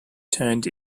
turned